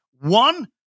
One